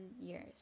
years